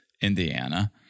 Indiana